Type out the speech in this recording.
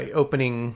opening